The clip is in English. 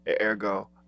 Ergo